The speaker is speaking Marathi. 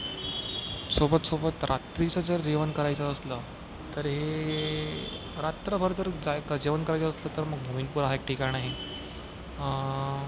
सोबत सोबत रात्रीचं जर जेवण करायचं असलं तर हे रात्रभर जर जाय जेवण करायचं असलं तर मग मोमीनपूर हा एक ठिकाण आहे